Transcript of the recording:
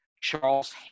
Charles